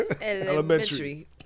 elementary